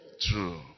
True